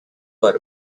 but